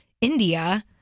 India